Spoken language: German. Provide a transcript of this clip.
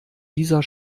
dieser